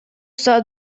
саат